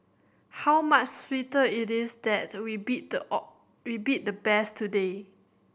how much sweeter it is that we beat the we beat the best today